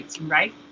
Right